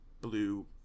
blue